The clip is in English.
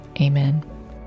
amen